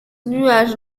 nuage